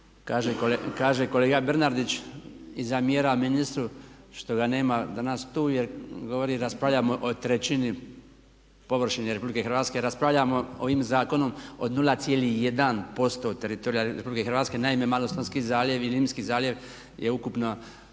Kaže kolega Bernardić i zamjera ministru što ga nema danas tu, jer govori raspravljamo o trećini površine Republike Hrvatske, raspravljamo ovim zakonom o 0,1% teritorija Republike Hrvatske. Naime, Malostonski zaljev i Limski zaljev je ukupno